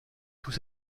tous